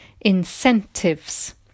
incentives